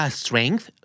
strength